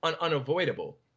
unavoidable